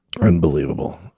unbelievable